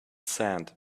sand